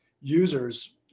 users